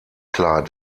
klar